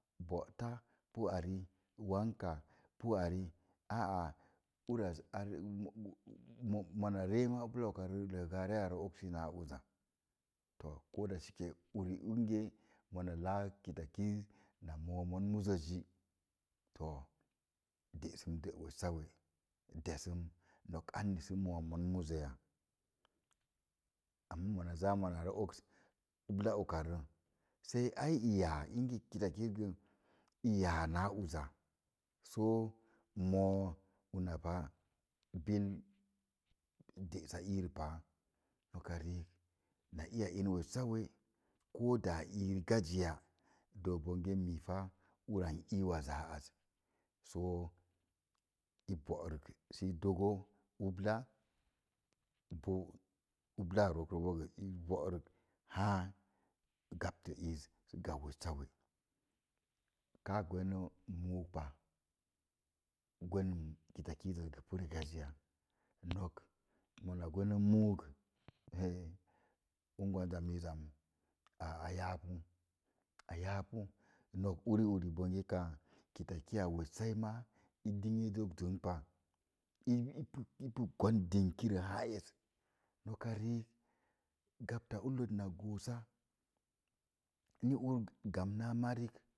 Bo'ta pu ari, wanka pu ari, aa uraz mona ree ma ubla ukaro ləgə are ogsi naa uza. To uri inge mona laa kitakiiz na moo mon muzə zi, to de'səm də wessa we, desəm, nok anni sə moo mon muzə ya. Ammaa mona zaa monare oks ubla ukaro sai ai i yaa inge kitakiiz gə i yan naa uza. Soo moo unapa. Bil de'sa iirə paa, noka riik, na iya in wessa we, ko daa ii rigaziya, dook bonge miifa, ura n iwaz a az. Soo i bo'rək sii dogo ubla, i pu ubla rook rəbo i bo'rək haa gabta iit si gan wessawe. Kaa gweno muug pa, girenəm kitakuzaz gə pu rigaziya, nok mona gweno muug, hez, ungwanza miiz am, a ayapu, ayaapu, nok uri uri bonge kaa, kitaki a wessai ma i din yi zok dənpa, i ipu ipu gwan dinkirə haa es. Noka riik, gabta ullət na goosa ni ur gamn naa marik